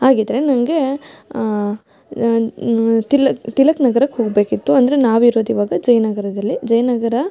ಹಾಗಿದ್ರೆ ನನಗೆ ತಿಲಕ್ ತಿಲಕ್ ನಗ್ರಕ್ಕೆ ಹೋಗಬೇಕಿತ್ತು ಅಂದರೆ ನಾವಿರೋದು ಇವಾಗ ಜಯನಗರದಲ್ಲಿ ಜಯನಗರ